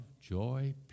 joy